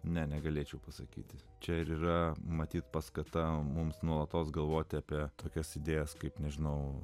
ne negalėčiau pasakyti čia yra matyt paskata mums nuolatos galvoti apie tokias idėjas kaip nežinau